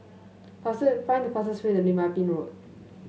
fast find the fastest way to Lim Ah Pin Road